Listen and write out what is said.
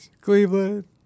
Cleveland